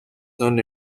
son